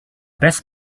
best